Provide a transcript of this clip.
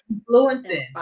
influencing